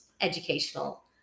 educational